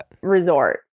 resort